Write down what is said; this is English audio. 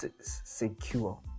secure